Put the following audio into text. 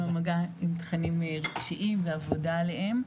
תכנים רגשיים ועבודה עליהם.